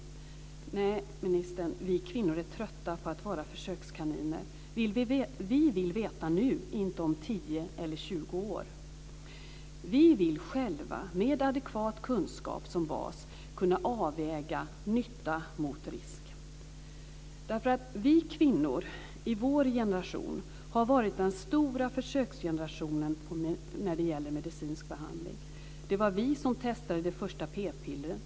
Nej, ministern, vi kvinnor är trötta på att vara försökskaniner. Vi vill veta nu, inte om 10 eller 20 år. Vi vill själva, med adekvat kunskap som bas, kunna avväga nytta mot risk. Vi kvinnor i vår generation har varit den stora försöksgenerationen när det gäller medicinsk behandling. Det var vi som testade de första p-pillren.